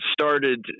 started